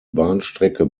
bahnstrecke